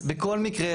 בכל מקרה,